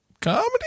comedy